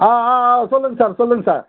ஆ ஆ ஆ சொல்லுங்கள் சார் சொல்லுங்கள் சார்